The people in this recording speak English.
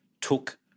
took